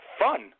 fun